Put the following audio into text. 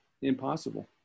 impossible